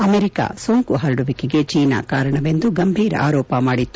America ಸೋಂಕು ಹರಡುವಿಕೆಗೆ China ಕಾರಣವೆಂದು ಗಂಭೀರ ಆರೋಪ ಮಾಡಿತ್ತು